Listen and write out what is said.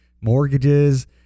mortgages